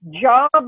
job